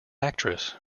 actress